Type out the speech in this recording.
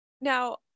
Now